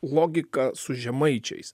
logika su žemaičiais